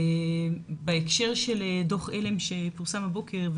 בהקשר של דוח עלם שפורסם הבוקר,